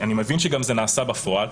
אני מבין שזה גם נעשה בפועל.